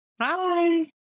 Hi